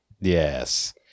Yes